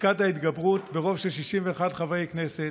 פסקת ההתגברות ברוב של 61 חברי כנסת,